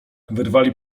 wyrwali